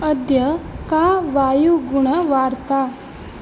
अद्य का वायुगुणवार्ता